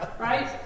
right